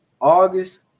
August